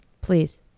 please